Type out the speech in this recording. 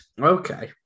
Okay